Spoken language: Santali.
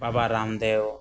ᱵᱟᱵᱟ ᱨᱟᱢᱫᱮᱵ